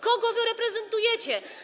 Kogo wy reprezentujecie?